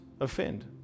offend